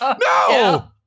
No